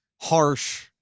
harsh